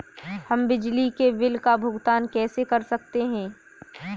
हम बिजली के बिल का भुगतान कैसे कर सकते हैं?